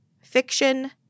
fiction